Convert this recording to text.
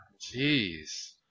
Jeez